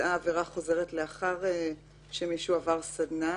שבוצעה עבירה חוזרת לאחר שמישהו עבר סדנה.